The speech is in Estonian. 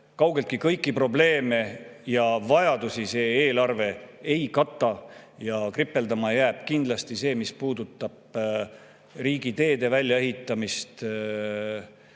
kaugeltki kõiki probleeme ja vajadusi see eelarve ei kata. Kripeldama jääb kindlasti see, mis puudutab riigiteede väljaehitamist